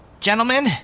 Gentlemen